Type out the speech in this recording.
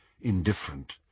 indifferent